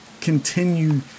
continue